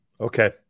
okay